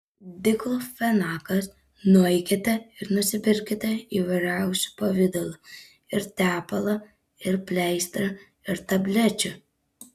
diklofenakas nueikite ir nusipirkite įvairiausių pavidalų ir tepalą ir pleistrą ir tablečių